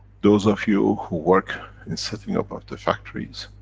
those of you who work in setting up of the factories,